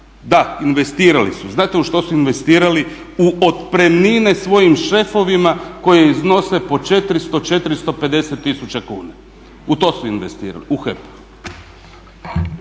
Da, investirali su. Znate u što su investirali? U otpremnine svojim šefovima koji iznose po 400, 450 tisuća kuna. U to su investirali u HEP-u.